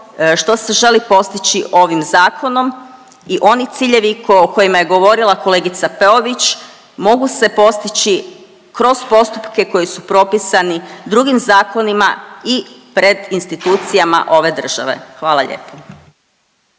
što se želi postići ovim zakonom i oni ciljevi o kojima je govorila kolegica Peović mogu se postići kroz postupke koji su propisani drugim zakonima i pred institucijama ove države. Hvala lijepo.